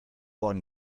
ohren